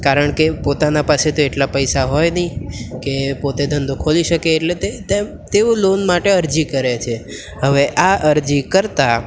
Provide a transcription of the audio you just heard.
કારણ કે પોતાના પાસે તો એટલા પૈસા હોય નહીં કે પોતે ધંધો ખોલી શકે એટલે તે તેમ તેઓ લોન માટે અરજી કરે છે હવે આ અરજી કરતા